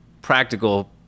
practical